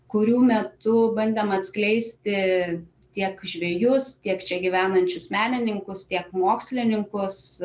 kurių metu bandėm atskleisti tiek žvejus tiek čia gyvenančius menininkus tiek mokslininkus